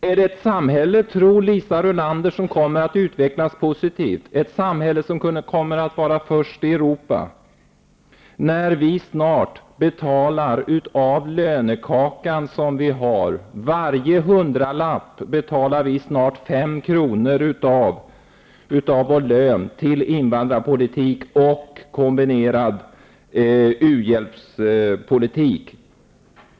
Är det ett samhälle, tror Liisa Rulander, som kommer att utvecklas positivt, ett samhälle som kommer att vara först i Europa, när vi av lönekakan snart betalar 5 kr. av varje hundralapp till invandrarpolitik och kombinerad u-hjälpspolitik?